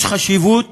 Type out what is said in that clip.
יש חשיבות